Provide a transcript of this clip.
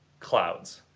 clouds.